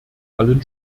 allen